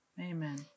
Amen